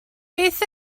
beth